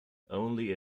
only